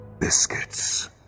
Biscuits